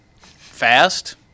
fast